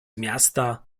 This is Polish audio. miasta